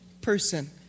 person